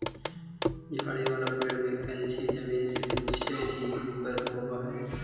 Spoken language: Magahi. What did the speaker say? झाड़ी वाला पेड़ में कंछी जमीन से कुछे ही ऊपर होवऽ हई